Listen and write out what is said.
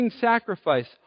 sacrifice